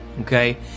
okay